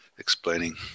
Explaining